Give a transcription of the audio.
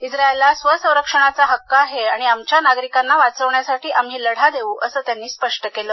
इस्रायलला स्वसंरक्षणाचा हक्क आहे आणि आमच्या नागरिकांना वाचवण्यासाठी आम्ही लढा देऊ असं त्यांनी स्पष्ट केलं